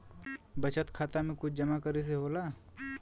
बचत खाता मे कुछ जमा करे से होला?